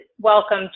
welcome